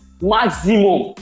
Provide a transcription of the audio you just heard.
maximum